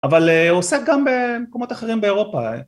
אבל עוסק גם במקומות אחרים באירופה.